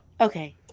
Okay